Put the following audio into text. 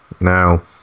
Now